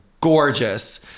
gorgeous